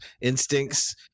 instincts